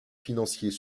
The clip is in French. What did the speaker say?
financiers